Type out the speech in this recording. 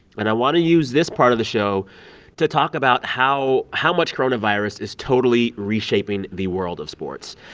and i want to use this part of the show to talk about how how much coronavirus is totally reshaping the world of sports.